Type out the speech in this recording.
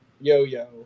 yo-yo